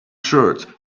short